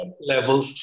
level